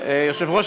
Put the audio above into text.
יושב-ראש